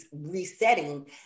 resetting